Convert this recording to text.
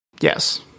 Yes